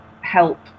help